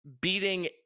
beating